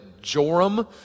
Joram